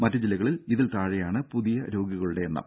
മറ്റ് ജില്ലകളിൽ ഇതിൽ താഴെയാണ് പുതിയ രോഗികളുടെ എണ്ണം